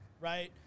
Right